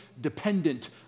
dependent